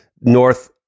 north